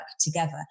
together